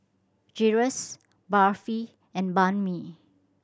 Gyros Barfi and Banh Mi